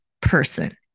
person